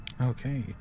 Okay